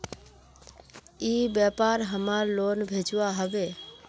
ई व्यापार हमार लोन भेजुआ हभे?